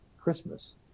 Christmas